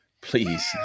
please